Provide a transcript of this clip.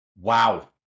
Wow